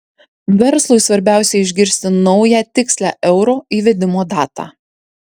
verslui svarbiausia išgirsti naują tikslią euro įvedimo datą